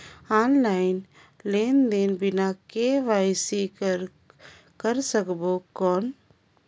Online लेनदेन बिना KYC कर सकबो कौन??